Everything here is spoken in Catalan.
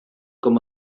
com